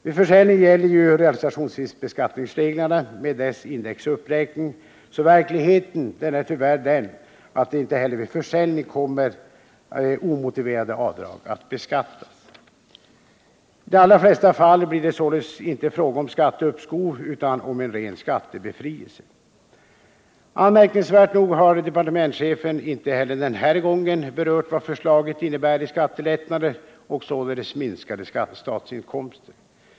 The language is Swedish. Vid försäljning gäller ju realisationsvinstbeskattningsreglerna med dess indexuppräkning, så verkligheten är tyvärr den att inte heller vid försäljning kommer omotiverade avdrag att beskattas. I de allra flesta fall blir det således inte fråga om skatteuppskov, utan om en ren skattebefrielse. Anmärkningsvärt nog har departementschefen inte heller den här gången berört vad förslaget innebär i skattelättnader och således minskade statsinkomster.